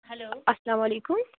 hello اسلامُ علیکم